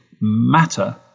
matter